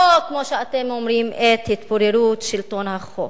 או כמו שאתם אומרים, את התפוררות שלטון החוק,